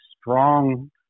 strong